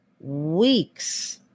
weeks